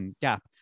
gap